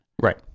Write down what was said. Right